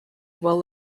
will